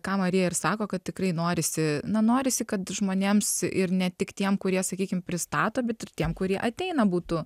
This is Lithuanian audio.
ką marija ir sako kad tikrai norisi na norisi kad žmonėms ir ne tik tiem kurie sakykim pristato bet ir tiem kurie ateina būtų